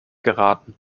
geraten